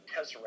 Tesseract